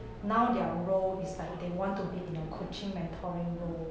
now their role is like they want to be in a coaching mentoring role